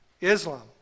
Islam